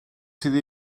sydd